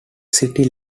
city